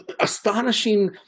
astonishing